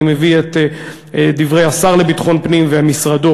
אני מביא את דברי השר לביטחון פנים ומשרדו,